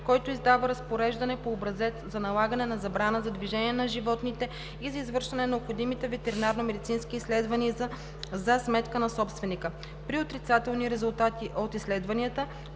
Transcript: който издава разпореждане по образец за налагане на забрана за движение на животните и за извършване на необходимите ветеринарномедицински изследвания за сметка на собственика. При отрицателни резултати от изследванията